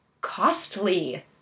costly